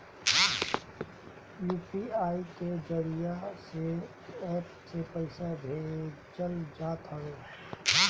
UPI के जरिया से एप्प से पईसा भेजल जात हवे